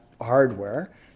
hardware